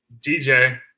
DJ